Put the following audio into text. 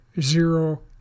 zero